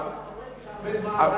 יכול להיות שסגן שר הביטחון לא הגיש